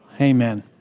Amen